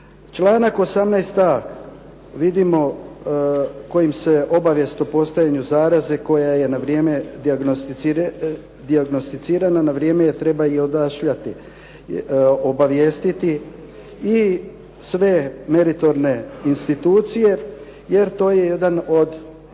Članak 18.a vidimo kojim se obavijest o postojanju zaraze koja je na vrijeme dijagnosticirana, na vrijeme je treba i odaslati, obavijestiti i sve meritorne institucije jer to je jedan od